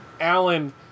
Alan